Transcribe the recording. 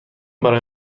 برای